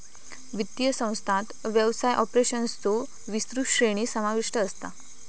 वित्तीय संस्थांत व्यवसाय ऑपरेशन्सचो विस्तृत श्रेणी समाविष्ट असता